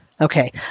Okay